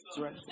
right